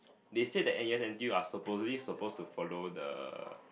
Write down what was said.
they say that N_U_S N_T_U are supposedly supposed to follow the